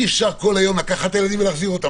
אי אפשר לקחת ילדים ולהחזיר אותם.